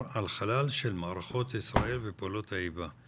על חלל של מערכות ישראל ופעולות האיבה?